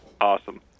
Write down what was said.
Awesome